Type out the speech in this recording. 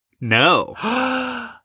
No